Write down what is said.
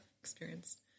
experienced